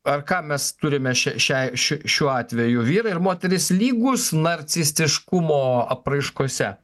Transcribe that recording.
ar ką mes turime š šiai šiu šiuo atveju vyrai ir moterys lygūs narcistiškumo apraiškose